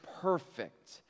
perfect